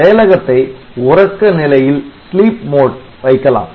செயலகத்தை உறக்க நிலையில் வைக்கலாம்